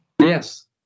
Yes